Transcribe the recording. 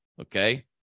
Okay